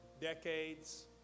decades